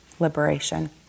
liberation